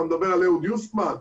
אתה מדבר על אהוד יוסטמן?